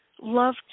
love